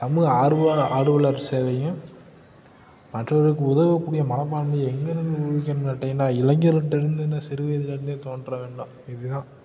சமூக ஆர்வ ஆர்வலர் சேவையும் மற்றவர்களுக்கு உதவக்கூடிய மனப்பான்மையும் எங்கிருந்து உதிக்கணும் கேட்டீங்கன்னால் இளைஞர்கள்கிட்டருந்து சிறு வயதிலிருந்தே தோன்ற வேண்டும் இதுதான்